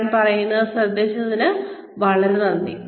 ഞാൻ പറയുന്നത് ശ്രദ്ധിച്ചതിന് വളരെ നന്ദി